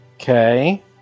Okay